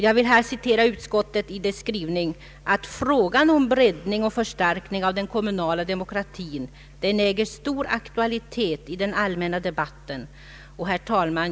Jag vill här citera utskottets skrivning: ”Frågan om breddning och förstärkning av den kommunala demokratien äger stor aktualitet i den allmänna debatten.” Herr talman!